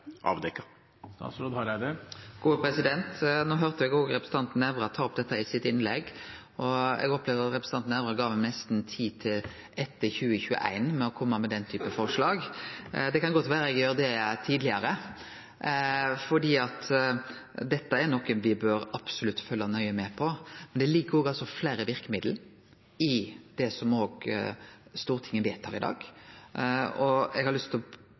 Eg høyrde representanten Nævra ta opp dette i sitt innlegg, og eg opplevde at han gav meg tid nesten til etter 2021 med å kome med den typen forslag. Det kan godt vere eg gjer det tidlegare, for dette er noko me absolutt bør følgje nøye med på. Det ligg fleire verkemiddel i det som Stortinget vedtar i dag. Eg har lyst til å